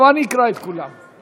טוב, אני אקרא את שמות כולם.